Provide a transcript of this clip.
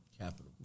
Capital